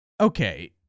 okay